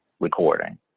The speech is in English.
recording